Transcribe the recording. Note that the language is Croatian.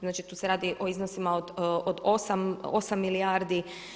Znači tu se radi o iznosima od 8 milijardi.